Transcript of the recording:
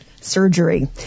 surgery